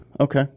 Okay